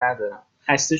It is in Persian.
ندارم، خسته